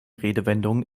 redewendungen